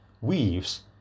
weaves